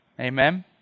Amen